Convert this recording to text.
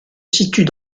situent